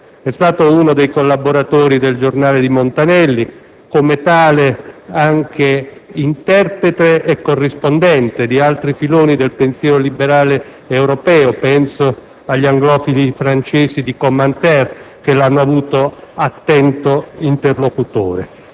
è stato uno dei collaboratori de «Il Giornale» di Montanelli, come tale anche corrispondente di altri filoni del pensiero liberale europeo, e penso ad esempio agli «anglofili» francesi di *Commentaire*, che l'hanno avuto attento interlocutore.